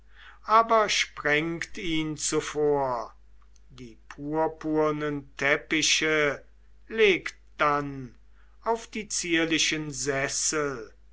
aber sprengt ihn zuvor die purpurnen teppiche legt dann auf die zierlichen sessel